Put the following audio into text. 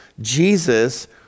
Jesus